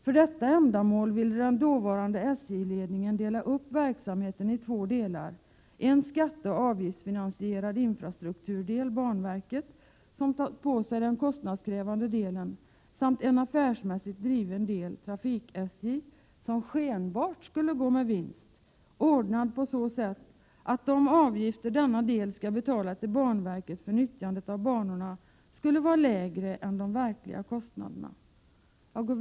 För detta ändamål ville den dåvarande SJ-ledningen dela upp verksamheten i två delar — en skatteoch avgiftsfinansierad infrastrukturdel , som tar på sig den kostnadskrävande delen, samt en affärsmässigt driven del, Trafik-SJ, som skenbart skulle gå med vinst, ordnad på så sätt att de avgifter denna del ska betala till Banverket för nyttjandet av banorna skulle vara lägre än de verkliga kostnaderna.